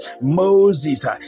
Moses